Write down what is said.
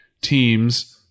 teams –